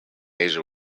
asia